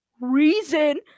reason